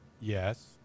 Yes